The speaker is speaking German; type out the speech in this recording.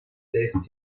text